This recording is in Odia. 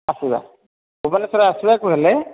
ଆସିବା ଭୁବନେଶ୍ୱର ଆସିବାକୁ ହେଲେ